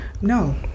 No